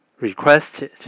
requested